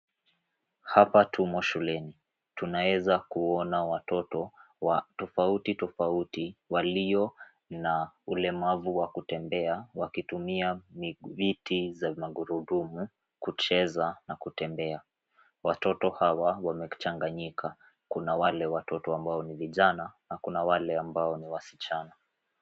Hapa tumo shuleni. Tunaweza kuona watoto wa tofautitofauti walio na ulemavu wa kutembea, wakitumia viti za magurudumu kucheza na kutembea. Watoto hawa wamechanganyika, kuna wale watoto ambao ni vijna na kuna wale ambao ni wasichana.